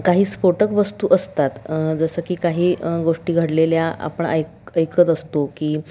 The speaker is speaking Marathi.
काही स्फोटक वस्तू असतात जसं की काही गोष्टी घडलेल्या आपण ऐक ऐकत असतो की